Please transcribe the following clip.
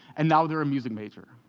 and now they're a music major.